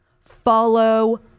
Follow